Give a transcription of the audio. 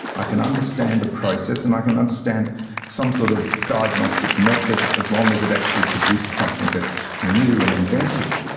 i can understand a process and i can understand some sort of diagnostic method as long as it actually produces something that's new and inventive,